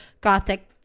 gothic